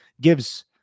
gives